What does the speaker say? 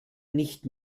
nicht